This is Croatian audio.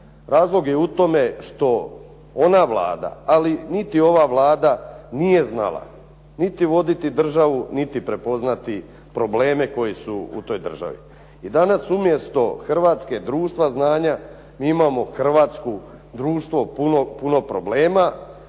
Razlog je u tome što ona Vlada ali niti ova Vlada nije znala niti voditi državu niti prepoznati probleme koji su u toj državi. I danas umjesto Hrvatske društva znanja mi imamo Hrvatsku društvo puno problema,